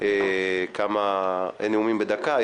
יש נאומים בני דקה,